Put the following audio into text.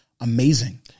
amazing